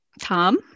Tom